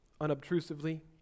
unobtrusively